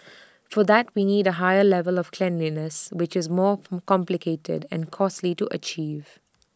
for that we need A higher level of cleanliness which is more complicated and costly to achieve